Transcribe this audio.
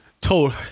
Told